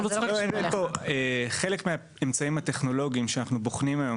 חלק מהאמצעים הטכנולוגיים שאנחנו בוחנים היום